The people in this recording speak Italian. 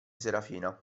serafina